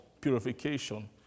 purification